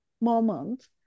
moment